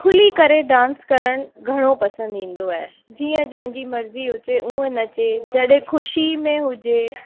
खुली करे डांस करणु घणो पसंदि ईंदो आहे जीअं जंहिंजी मर्ज़ी हुजे ऊअं नचे जॾहिं ख़ुशी में हुजे